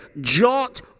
Jot